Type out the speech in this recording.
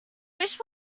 wish